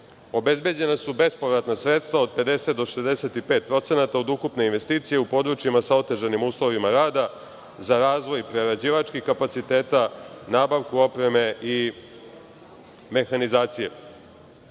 Obezbeđena su bespovratna sredstva od 50 do 65% od ukupne investicije u područjima sa otežanim uslovima rada za razvoj prerađivačkih kapaciteta, nabavku opreme i mehanizacije. Što